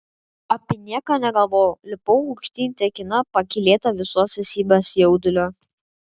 apie nieką negalvojau lipau aukštyn tekina pakylėta visos esybės jaudulio